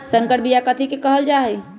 संकर बिया कथि के कहल जा लई?